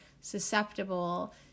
susceptible